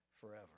forever